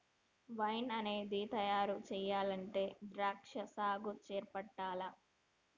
wine అనేది తయారు చెయ్యాలంటే ద్రాక్షా సాగు చేపట్టాల్ల